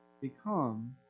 become